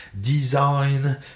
design